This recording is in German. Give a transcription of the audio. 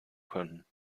können